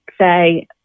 say